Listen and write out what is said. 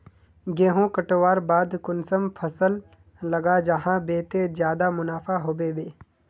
गेंहू कटवार बाद कुंसम फसल लगा जाहा बे ते ज्यादा मुनाफा होबे बे?